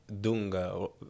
Dunga